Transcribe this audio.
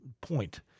point